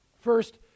first